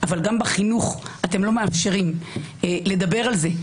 אבל גם בחינוך אתם לא מאפשרים לדבר על זה,